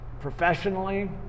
professionally